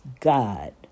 God